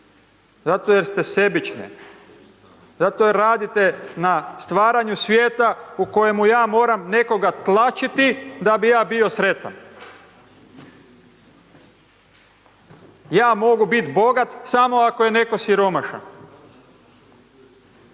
Zato jer ste sebični. Zato jer radite na stvaranju svijeta u kojemu ja moram nekoga tlačiti da bi ja bio sretan. Ja mogu biti bogat, samo ako je netko siromašan.